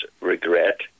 regret